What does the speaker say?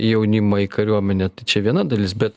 jaunimą į kariuomenę čia viena dalis bet